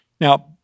Now